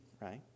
right